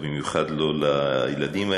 ובמיוחד לא לילדים,